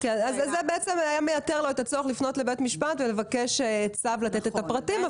זה היה מייתר לו את הצורך לפנות לבית המשפט ולבקש צו לתת את הפרטים נכן.